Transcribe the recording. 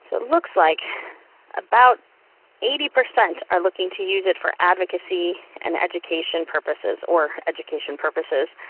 so it looks like about eighty percent are looking to use it for advocacy and education purposes, or education purposes,